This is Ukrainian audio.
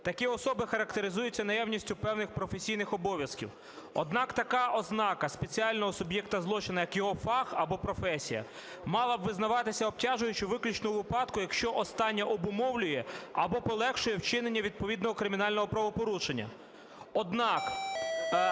Такі особи характеризуються наявністю певних професійних обов'язків. Однак така ознака спеціального суб'єкта злочину, як його фах або професія, мала б визначатися обтяжуючою виключно у випадку, якщо остання обумовлює або полегшує вчинення відповідного кримінального правопорушення.